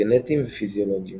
גנטיים ופיזיולוגיים